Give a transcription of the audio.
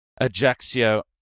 Ajaxio